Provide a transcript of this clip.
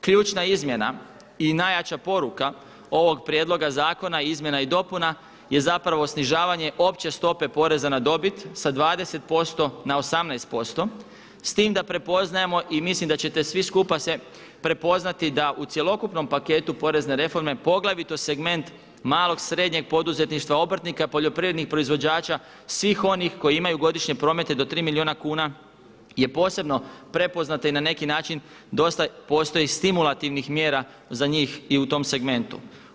Ključna izmjena i najjača poruka ovog prijedloga zakona izmjena i dopuna je zapravo snižavanje opće stope poreza na dobit sa 20% na 18% s tim da prepoznajemo i mislim da ćete svi skupa se prepoznati da u cjelokupnom paketu porezne reforme poglavito segment malog i srednjeg poduzetništva, obrtnika, poljoprivrednih proizvođača svih onih koji imaju godišnje promete do 3 milijuna kuna je posebno prepoznata i na neki način dosta postoji stimulativnih mjera za njih i u tom segmentu.